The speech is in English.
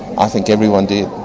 i think everyone did.